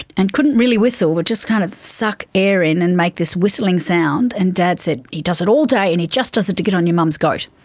and couldn't really whistle but would just kind of suck air in and make this whistling sound, and dad said, he does it all day and he just does it to get on your mum's goat.